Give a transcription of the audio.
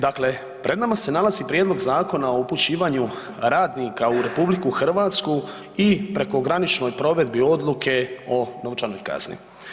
Dakle, pred nama se nalazi Prijedlog zakona o upućivanju radnika u RH i prekograničnoj provedbi odluke o novčanoj kazni.